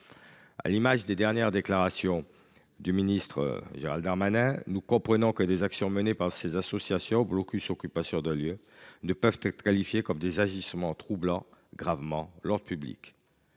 À l’image des dernières déclarations du ministre Gérald Darmanin, nous comprenons que des actions menées par ces associations – blocus, occupation de lieux – ne peuvent être qualifiées d’« agissements troublant gravement l’ordre public